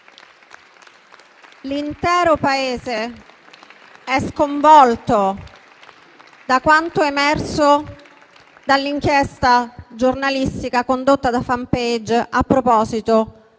l'intero Paese è sconvolto da quanto emerso dall'inchiesta giornalistica condotta da «Fanpage»a proposito di